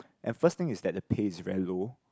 at first thing is that the pay is very low